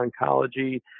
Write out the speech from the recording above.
oncology